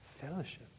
Fellowship